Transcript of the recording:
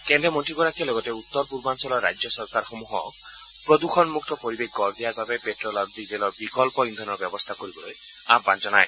কেন্দ্ৰীয় মন্ত্ৰীগৰাকীয়ে লগতে উত্তৰ পূৰ্বাঞ্চলৰ ৰাজ্য চৰকাৰসমূহক প্ৰদূষণমুক্ত পৰিৱেশ গঢ় দিয়াৰ বাবে পেট্টল আৰু ডিজেলৰ বিকল্প ইন্ধনৰ ব্যৱস্থা কৰিবলৈ আহান জনায়